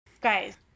guys